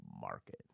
market